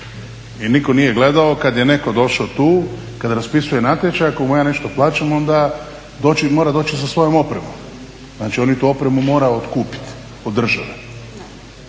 i nitko nije gledao kad je netko došao tu kada raspisuje natječaj ako mu ja nešto plaćam onda mora doći sa svojom opremom. Znači on je morao tu opremu otkupiti od države,